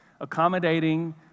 accommodating